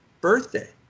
birthday